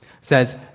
says